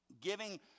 giving